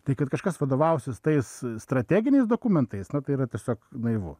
tai kad kažkas vadovausis tais strateginiais dokumentais na tai yra tiesiog naivu